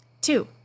Two